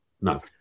no